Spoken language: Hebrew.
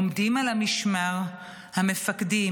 עומדים על המשמר: המפקדים,